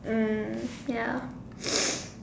mm ya